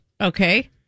Okay